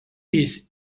jis